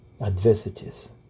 adversities